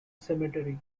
cemetery